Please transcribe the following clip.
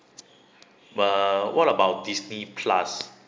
but what about disney plus